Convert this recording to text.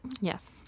Yes